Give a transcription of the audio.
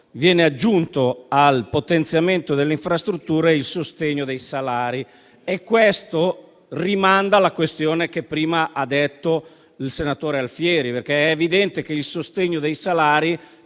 viene aggiunto al potenziamento delle infrastrutture il sostegno dei salari, rimandando alla questione che prima ha sottolineato il senatore Alfieri. È evidente che il sostegno dei salari